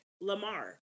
Lamar